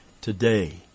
Today